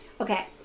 Okay